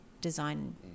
design